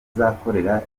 azakorera